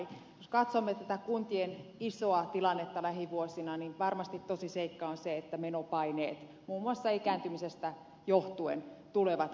kun katsomme tätä kuntien isoa tilannetta lähivuosina niin varmasti tosiseikka on se että menopaineet muun muassa ikääntymisestä johtuen tulevat kasvamaan voimakkaasti